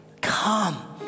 come